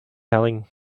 telling